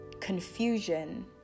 confusion